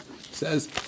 says